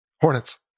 Hornets